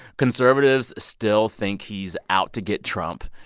conservatives still think he's out to get trump.